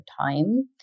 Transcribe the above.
time